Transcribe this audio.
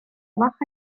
baja